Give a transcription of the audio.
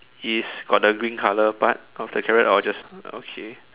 is got the green color part of the carrot or just okay